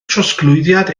trosglwyddiad